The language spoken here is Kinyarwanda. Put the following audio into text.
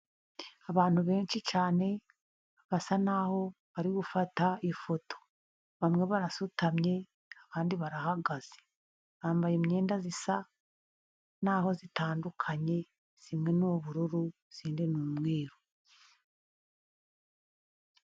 Abantu benshi cyane basa naho bari gufata ifoto, bamwe barasutamye abandi barahagaze, bambaye imyenda isa n'aho itandukanye imwe n'ubururu, indi n'umweru.